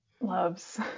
loves